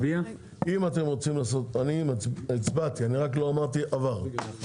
הצבעתי, רק לא אמרתי עבר.